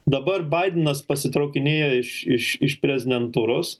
dabar baidenas pasitraukinėja iš iš iš prezidentūros